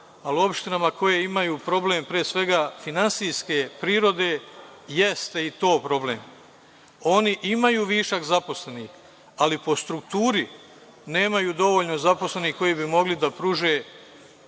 ali u opštinama koje imaju problem finansijske prirode jeste i to problem. Oni imaju višak zaposlenih, ali po strukturi nemaju dovoljno zaposlenih koji bi mogli da pruže